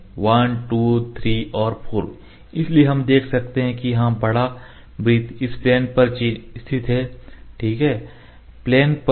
1 2 3 और 4 इसलिए हम देख सकते हैं कि यह बड़ा वृत्त इस प्लेन पर स्थित है